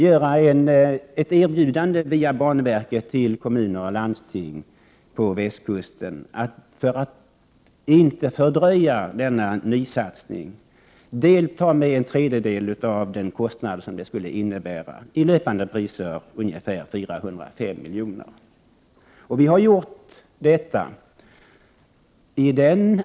Förslaget syftade till ett erbjudande via banverket till kommuner och landsting på västkusten. För att inte fördröja denna nysatsning skulle man täcka en tredjedel av kostnaden, ungefär 405 milj.kr. i löpande penningvärde.